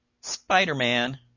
Spider-Man